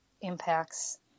impacts